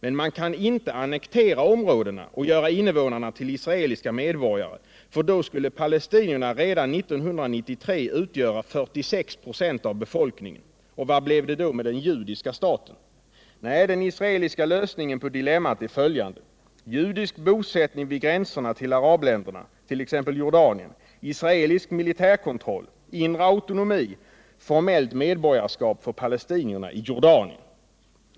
Men man kan inte annektera områdena och göra invånarna till israeliska medborgare, för då skulle palestinierna redan 1993 utgöra 46 96 av befolkningen. Vad blev det då av den ”judiska staten”? Lösningen på dilemmat är följande: judisk bosättning vid gränserna till arabländerna, t.ex. Jordanien, israelisk militärkontroll, inre autonomi och formellt medborgarskap för palestinierna i Jordanien.